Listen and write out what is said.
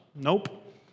Nope